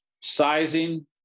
sizing